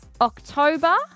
october